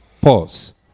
Pause